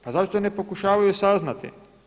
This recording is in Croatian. Pa zašto ne pokušavaju saznati?